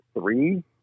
three